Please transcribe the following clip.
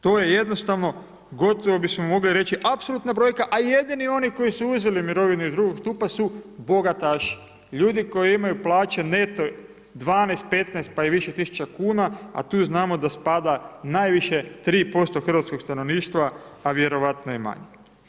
To je jednostavno, gotovo bismo mogli reći apsolutna brojka, a jedini oni koji su uzeli mirovine iz drugog stupa su bogataši, ljudi koji imaju plaće neto 12, 15, pa i više tisuća kuna, a tu znamo da spada najviše 3% hrvatskog stanovništva, a vjerojatno i manje.